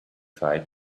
try